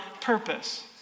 purpose